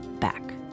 back